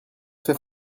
fait